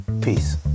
peace